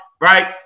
right